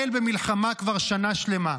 ישראל במלחמה כבר שנה שלמה,